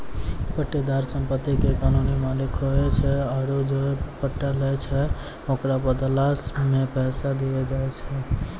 पट्टेदार सम्पति के कानूनी मालिक होय छै आरु जे पट्टा लै छै ओकरो बदला मे पैसा दिये पड़ै छै